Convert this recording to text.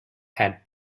had